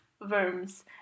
worms